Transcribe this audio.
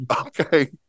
okay